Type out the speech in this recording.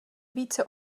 více